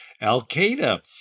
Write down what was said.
Al-Qaeda